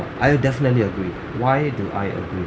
I'll definitely agree why do I agree